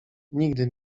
nigdy